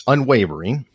Unwavering